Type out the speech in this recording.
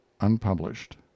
unpublished